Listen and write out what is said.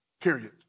period